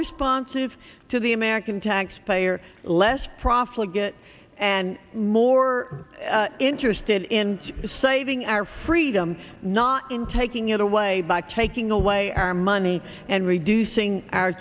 responsive to the american taxpayer less praful get and more interested in saving our freedom not in taking it away by taking away our money and reducing our